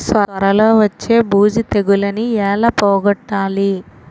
సొర లో వచ్చే బూజు తెగులని ఏల పోగొట్టాలి?